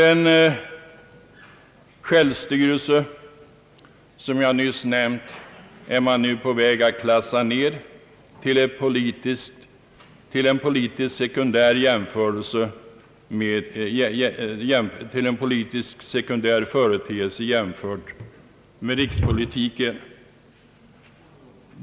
Den självstyrelse som jag nyss nämnt är man nu på väg att klassa ner till en politiskt sekundär företeelse jämförd med rikspolitiken.